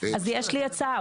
--- אז יש לי הצעה,